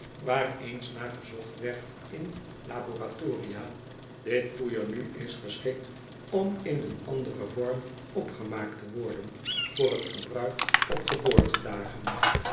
waar eens naar gezocht werd in laboratoria dit poeier nu is geschikt om in een anderen vorm opgemaakt te worden voor t gebruik op geboortedagen